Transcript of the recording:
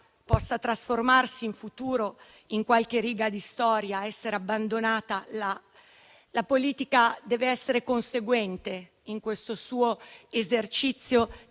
possa trasformarsi in futuro in qualche riga di storia ed essere abbandonata, la politica deve essere conseguente nel suo esercizio